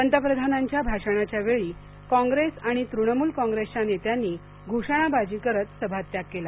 पतप्रधानाच्या भाषणाच्या वेळी काँप्रेस आणि तृणमूल कॉंप्रेसच्या नेत्यांनी घोषणाबाजी करत सभात्याग केला